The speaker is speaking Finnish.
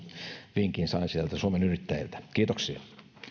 vinkin sain sieltä suomen yrittäjiltä kiitoksia